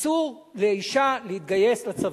אסור לאשה להתגייס לצבא,